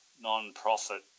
non-profit